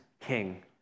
king